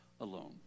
alone